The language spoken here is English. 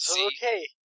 Okay